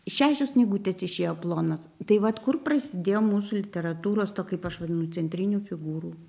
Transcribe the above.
šešios knygutės išėjo plonos tai vat kur prasidėjo mūsų literatūros to kaip aš vadinu centrinių figūrų